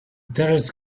terrorist